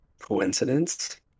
Coincidence